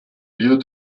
lieux